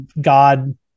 God